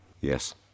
Yes